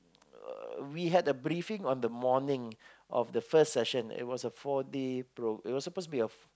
uh we had a briefing on the morning of the first session it was a four day pro~ it was supposed to be a